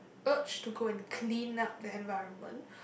urge to go and clean up the environment